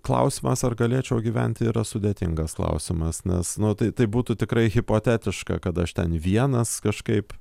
klausimas ar galėčiau gyventi yra sudėtingas klausimas nes nu tai tai būtų tikrai hipotetiška kad aš ten vienas kažkaip